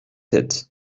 sept